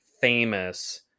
famous